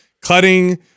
Cutting